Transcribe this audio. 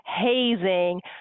hazing